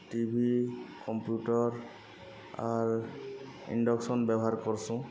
ଟି V computer ଆର୍ induction ବ୍ୟବହାର୍ କର୍ସୁଁ